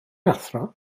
athro